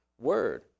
Word